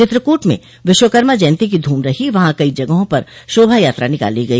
चित्रकूट में विश्वकर्मा जयन्ती की धूम रही वहां कई जगहों पर शोभा यात्रा निकाली गई